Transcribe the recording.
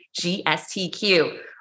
GSTQ